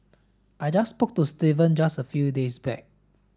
I just spoke to Steven just a few days back